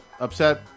upset